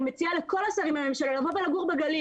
אני מציעה לכל השרים בממשלה לגור בגליל,